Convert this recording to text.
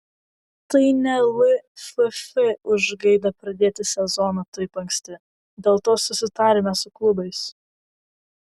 tai ne lff užgaida pradėti sezoną taip anksti dėl to susitarėme su klubais